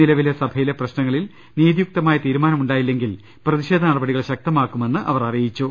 നിലവിലെ സഭയിലെ പ്രശ്ന ങ്ങളിൽ നീതിയുക്തമായ തീരുമാനമുണ്ടായില്ലെങ്കിൽ പ്രതിഷേധ നടപടികൾ ശക്തമാക്കുമെന്ന് അവർ പറഞ്ഞു